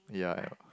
yeah